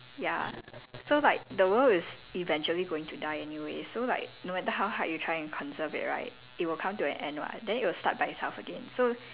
ya so like the world is eventually going to die anyways so like no matter how hard you try and conserve it right it'll come to an end [what] then it'll start by itself again so